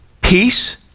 peace